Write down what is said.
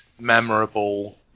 memorable